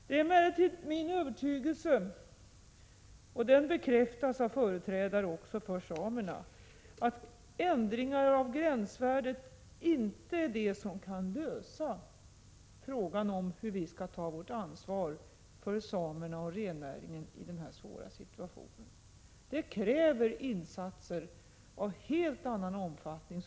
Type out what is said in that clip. Det är emellertid min övertygelse — och den bekräftas av företrädare för samerna — att ändringar av gränsvärdet inte är det som kan lösa frågan om hur samhället skall ta sitt ansvar för samerna och rennäringen i denna svåra situation. Detta kräver insatser av helt annan omfattning.